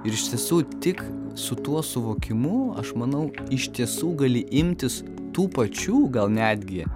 ir iš tiesų tik su tuo suvokimu aš manau iš tiesų gali imtis tų pačių gal netgi